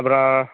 அப்புறம்